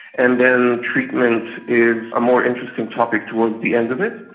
and then treatment is a more interesting topic towards the end of it.